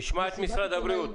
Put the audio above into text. נשמע את משרד הבריאות.